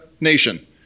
nation